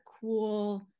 cool